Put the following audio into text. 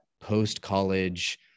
post-college